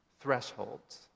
thresholds